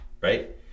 right